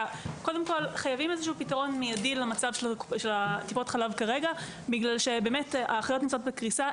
חייבים פתרון מיידי למצב טיפות החלב כרגע בגלל שהאחיות נמצאות בקריסה.